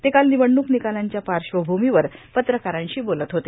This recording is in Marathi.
ते काल र्मिनवडणूक र्मिकालांच्या पाश्वभूमीवर पत्रकारांशी बोलत होते